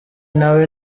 nawe